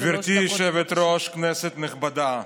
גברתי היושבת-ראש, כנסת נכבדה,